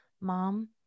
mom